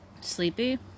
Sleepy